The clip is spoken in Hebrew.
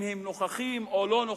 אם הם נוכחים או לא נוכחים,